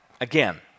again